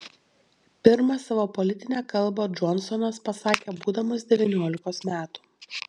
pirmą savo politinę kalbą džonsonas pasakė būdamas devyniolikos metų